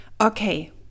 Okay